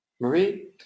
Marie